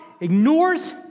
ignores